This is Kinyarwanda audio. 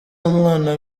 umwana